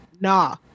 Nah